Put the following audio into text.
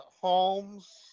holmes